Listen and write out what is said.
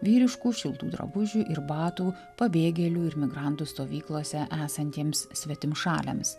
vyriškų šiltų drabužių ir batų pabėgėlių ir migrantų stovyklose esantiems svetimšaliams